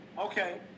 Okay